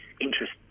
interest